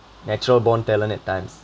natural born talent at times